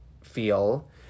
feel